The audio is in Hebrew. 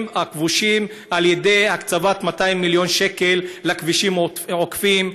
הכבושים על ידי הקצבת 200 מיליון שקלים לכבישים עוקפים,